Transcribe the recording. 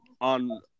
on